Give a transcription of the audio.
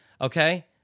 Okay